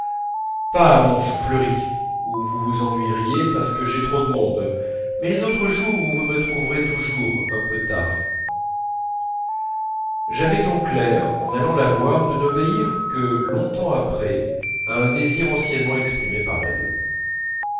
pas à mon choufleury où vous vous ennuieriez parce que j'ai trop de monde mais les autres jours où vous me trouverez toujours un peu tard j'avais donc l'air en allant la voir de n'obéir que longtemps après à un désir anciennement exprimé par elle